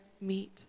meet